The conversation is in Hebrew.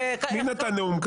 וכאלה --- מי נתן נאום כזה?